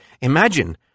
imagine